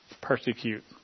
persecute